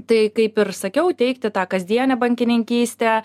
tai kaip ir sakiau teikti tą kasdienę bankininkystę